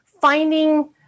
finding